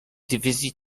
dywizji